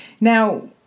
Now